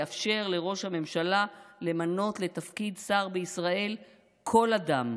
יאפשר לראש הממשלה למנות לתפקיד שר בישראל כל אדם,